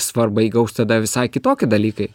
svarbą įgaus tada visai kitoki dalykai